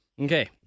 Okay